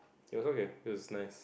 it is okay it is nice